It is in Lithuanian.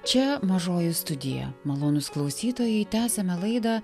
čia mažoji studija malonūs klausytojai tęsiame laidą